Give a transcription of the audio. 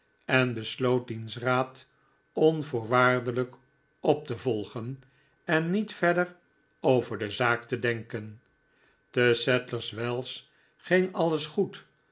en besloot diens raad onvoorwaardelijk op te volgen en niet verder over de zaak te denken te sadlers wells ging alles goed